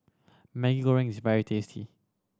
Maggi Goreng is very tasty